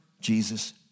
Jesus